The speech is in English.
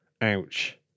ouch